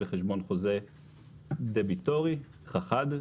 בחשבון חוזר דביטורי (חח"ד),